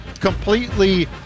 completely